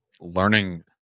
learning